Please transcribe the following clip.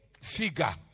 figure